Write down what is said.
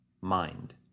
mind